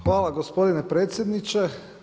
Hvala gospodine predsjedniče.